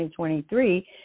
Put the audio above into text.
2023